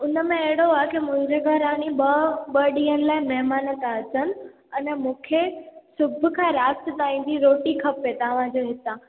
उनमें अहिड़ो आहे की मुंहिंजे घर आहे नी ॿ ॿ ॾींहंनि लाइ महिमान था अचनि अने मूंखे सुबुह खां राति ताईं जी रोटी खपे तव्हांजे हितां